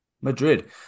Madrid